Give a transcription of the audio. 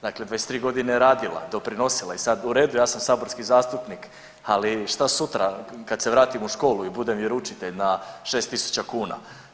Dakle, 23 godine je radila doprinosila i sad, u redu ja sam saborski zastupnik ali šta sutra kad se vratim u školu i budem vjeroučitelj na 6.000 kuna.